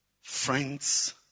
Friends